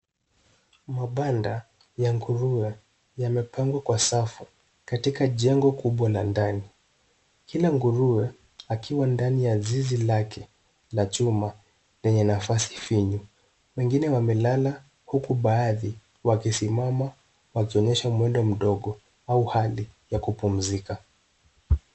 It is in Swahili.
Mabanda ya nguruwe yamepangwa kwenye safu katika jengo kubwa la ndani, kila nguruwe akiwa ndani ya zizi lake la chuma lenye nafasi finyu. Wengine wamelala huku baadhi wakisimama wakionyesha mwendo mdogo au hali ya kupumzika.